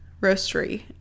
Roastery